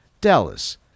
Dallas